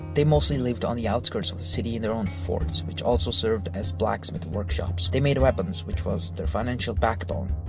they mostly lived on the outskirts of the city in their own forts which also served as blacksmith workshops. they made weapons which was their financial backbone.